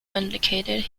indicated